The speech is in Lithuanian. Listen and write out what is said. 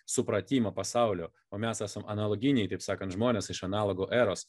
supratimą pasaulio o mes esam analoginiai taip sakant žmonės iš analogų eros